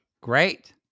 Great